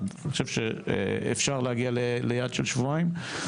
אפשר להגיע ליעד של שבועיים,